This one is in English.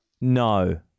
No